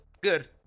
good